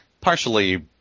partially